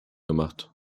gemacht